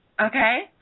Okay